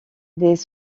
dès